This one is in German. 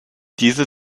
diese